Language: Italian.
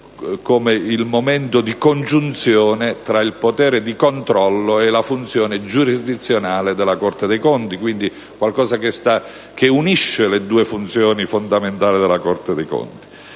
come il momento di congiunzione tra il potere di controllo e la funzione giurisdizionale della Corte dei conti, quindi un qualcosa che unisce le due funzioni fondamentali della Corte dei conti.